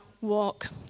walk